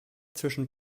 zwischen